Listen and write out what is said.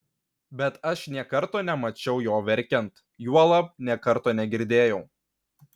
bet aš nė karto nemačiau jo verkiant juolab nė karto negirdėjau